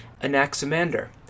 Anaximander